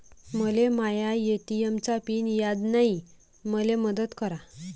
मले माया ए.टी.एम चा पिन याद नायी, मले मदत करा